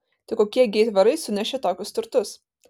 tai kokie gi aitvarai sunešė tokius turtus